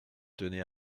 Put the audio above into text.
tenait